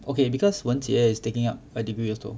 okay because wanjie is taking up a degree also